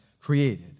created